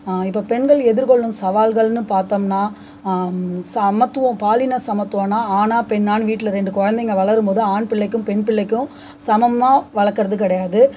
இப்போ பெண்கள் எதிர்கொள்ளும் சவால்கள்னு பார்த்தோம்னா சமத்துவம் பாலின சமத்துவோன்னா ஆணா பெண்ணானு வீட்டில் ரெண்டு குழந்தைங்க வளரும் போது ஆண் பிள்ளைக்கும் பெண் பிள்ளைக்கும் சமமாக வளர்க்கறது கிடையாது